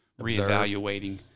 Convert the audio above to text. reevaluating